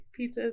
pizzas